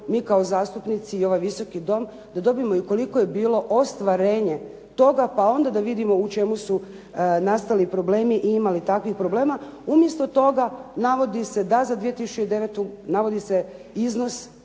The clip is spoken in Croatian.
mi kao zastupnici i ovaj Visoki dom, da dobijemo i ukoliko je bilo ostvarenje toga, pa onda da vidimo u čemu su nastali problemi i imali takvih problema. Umjesto toga navodi se da za 2009., navodi se iznos,